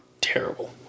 Terrible